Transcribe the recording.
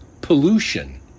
pollution